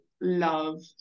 love